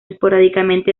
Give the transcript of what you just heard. esporádicamente